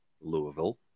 Louisville